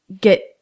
get